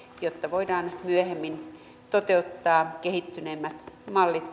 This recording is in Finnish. jotta voidaan myöhemmin toteuttaa kehittyneemmät mallit